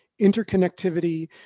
interconnectivity